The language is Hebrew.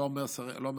לא אומר השרה,